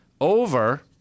over